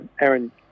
Aaron